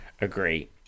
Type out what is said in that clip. agree